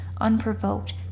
unprovoked